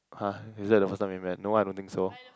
!huh! is that the first time we met no I don't think so